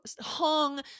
hung